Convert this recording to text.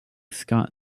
scott